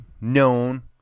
known